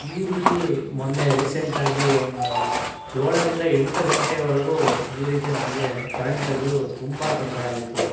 ಈ ರೀತಿ ಮೊನ್ನೆ ರಿಸೆಂಟಾಗಿ ಒಂದು ಏಳರಿಂದ ಎಂಟು ಗಂಟೆವರೆಗೂ ಈ ರೀತಿ ನಮಗೆ ಕರೆಂಟ್ ತೆಗೆದು ತುಂಬ ತೊಂದರೆ ಆಯಿತು